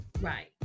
Right